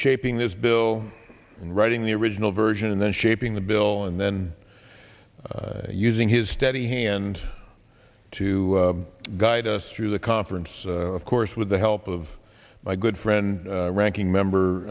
shaping this bill and writing the original version and then shaping the bill and then using his steady hand to guide us through the conference of course with the help of my good friend ranking member